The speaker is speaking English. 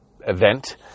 event